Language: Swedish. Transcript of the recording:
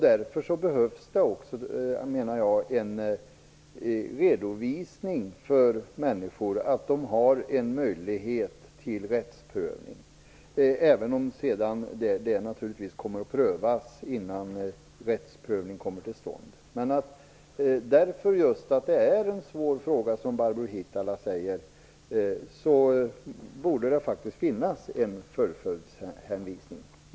Därför behöver människor få en redovisning av att de har möjlighet till rättsprövning, även om det först görs en prövning innan rättsprövning kan komma till stånd. Men just på grund av att det är en svår fråga, som Barbro Hietala Nordlund säger, borde det faktiskt finnas en fullföljdshänvisning.